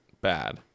bad